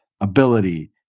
ability